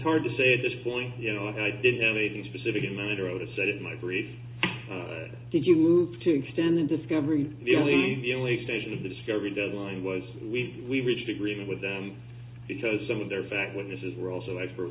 hard to say at this point you know i didn't have anything specific in a matter of a set in my brief did you move to extended discovery the only the only extension of the discovery deadline was we we reached agreement with them because some of their back witnesses were also expert